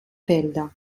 felder